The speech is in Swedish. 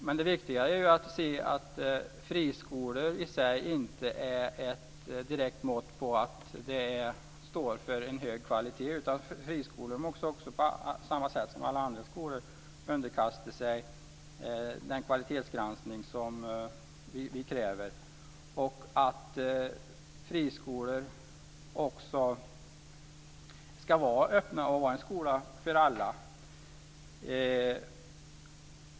Men det viktiga är ju att friskolor i sig inte är ett direkt mått på hög kvalitet. Friskolor måste på samma sätt som alla andra skolor underkasta sig den kvalitetsgranskning som vi kräver. Friskolor ska också vara öppna och en skola för alla.